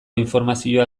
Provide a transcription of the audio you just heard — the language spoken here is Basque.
informazioa